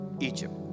Egypt